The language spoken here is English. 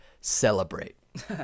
celebrate